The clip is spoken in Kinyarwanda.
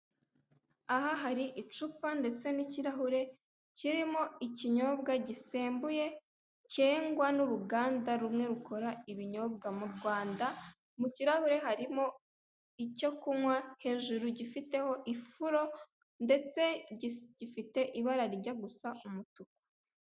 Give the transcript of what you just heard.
Aha hari icupa ndetse n'ikirahure kirimo ikinyobwa gisembuye, cyengwa n'uruganda rumwe rukora ibinyobwa mu Rwanda, mu kirahure harimo icyo kunywa hejuru gifiteho ifuro, gifite ibara rirya gusa umutuku.